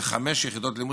בחמש יחידות לימוד